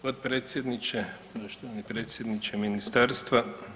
potpredsjedniče, poštovani predsjedniče ministarstva.